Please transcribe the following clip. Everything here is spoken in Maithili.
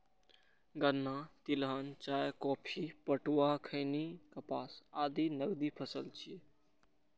गन्ना, तिलहन, चाय, कॉफी, पटुआ, खैनी, कपास आदि नकदी फसल छियै